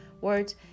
words